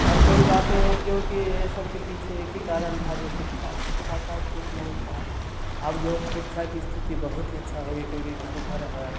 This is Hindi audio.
और लोग जाते हैं क्योंकि यह सब के एक ही कारण था जो शिक्षा शिक्षा शायद ठीक नहीं था अब जो है शिक्षा की स्थिति बहुत ही अच्छी हो गई क्योंकि घर घर है